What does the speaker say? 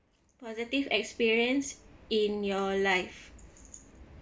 positive experience in your life